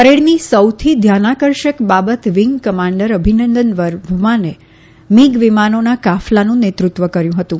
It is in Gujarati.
પરેડની સૌથી ધ્યાનાકર્ષક બાબત વીંગ કમાન્ડર અભિનંદન વર્ધમાને મીગ વિમાનોના કાફલાનું નેતૃત્વ કર્યું હતું